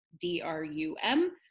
d-r-u-m